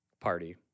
party